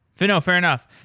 you know fair enough.